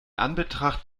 anbetracht